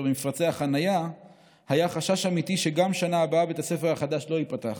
ומפרצי החניה היה חשש אמיתי שגם בשנה הבאה בית הספר החדש לא ייפתח.